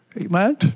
amen